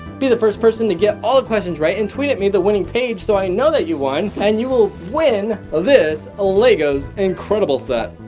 be the first person to get all the questions right and tweet at me the winning page so i know that you won and you will win ah this legos incredibles set.